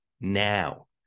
now